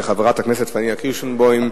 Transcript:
של חברת הכנסת פניה קירשנבוים: